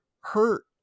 hurt